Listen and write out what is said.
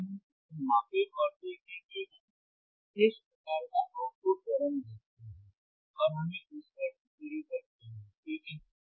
आइए हम इसे मापें और देखें कि हम किस प्रकार का आउटपुट तरंग देखते हैं और हमें इस पर टिप्पणी करते हैं ठीक है